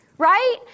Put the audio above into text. Right